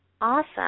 Awesome